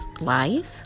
life